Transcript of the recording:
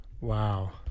Wow